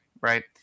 right